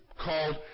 called